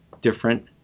different